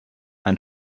ein